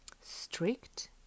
strict